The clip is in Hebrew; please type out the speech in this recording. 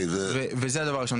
זה הדבר הראשון.